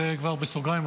זה כבר בסוגריים,